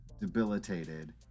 debilitated